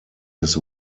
his